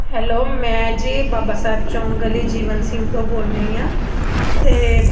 hello ਮੈਂ ਜੀ ਬਾਬਾ ਸਾਹਿਬ ਚੌਂਕ ਗਲੀ ਜੀਵਨ ਸਿੰਘ ਤੋਂ ਬੋਲ ਰਹੀ ਹਾਂ ਅਤੇ